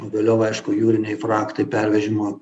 vėliau aišku jūriniai frachtai pervežimo